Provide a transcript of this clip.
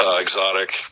exotic